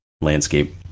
landscape